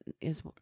is-